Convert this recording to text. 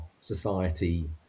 society